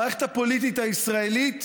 המערכת הפוליטית הישראלית,